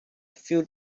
feel